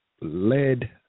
led